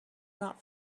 not